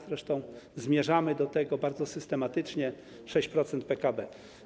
Zresztą zmierzamy do tego bardzo systematycznie - 6% PKB.